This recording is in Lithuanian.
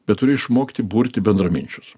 bet turi išmokti burti bendraminčius